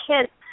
kids